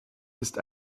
ist